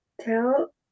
tell